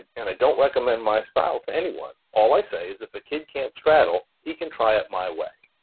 and i don't recommend my style to anyone. all i say is if a kid can't straddle, he can try it my way.